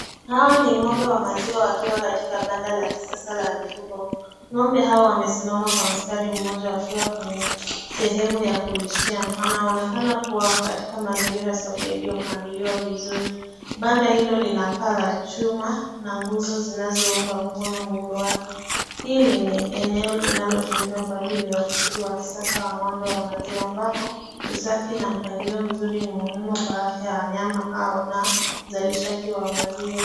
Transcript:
Hawa ni ng'ombe wa maziwa wakiwa katika banda la kisasa la mifugo. Ng'ombe hao wamesimama kwa mstari mmoja wakiwa kwenye sehemu ya kulishia. Wanaonekana kuwa katika mazingira safi yaliyopangiliwa vizuri. Banda hilo lina paa la chuma na nguzo zinazounga mkono muundo wake. Hili ni eneo linalotumika kwa ajili ya ufugaji wa kisasa wa ng'ombe wa maziwa ambapo usafi na mpangilio mzuri ni muhimu kwa afya ya wanyama au na uzalishaji wa maziwa.